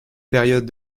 période